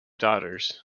daughters